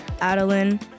Adeline